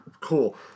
Cool